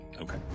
Okay